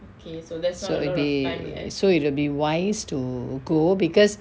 so it will be so it'll be wise to go because